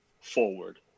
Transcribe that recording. forward